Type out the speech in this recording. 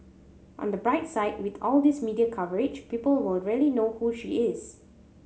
on the bright side with all these media coverage people will really know who she is